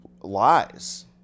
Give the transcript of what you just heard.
lies